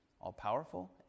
all-powerful